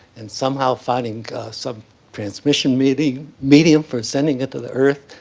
and somehow finding some transmission medium medium for sending it to the earth.